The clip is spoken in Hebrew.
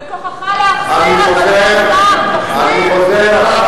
בכוחך להחזיר, תחזיר.